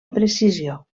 precisió